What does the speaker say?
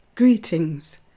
Greetings